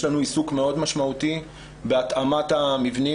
יש לנו עיסוק משמעותי מאוד בהתאמת המבנים.